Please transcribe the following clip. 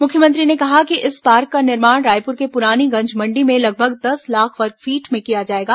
मुख्यमंत्री ने कहा कि इस पार्क का निर्माण रायपुर के पुरानी गंज मंडी में लगभग दस लाख वर्ग फीट में किया जाएगा